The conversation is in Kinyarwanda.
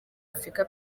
afurika